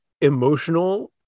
emotional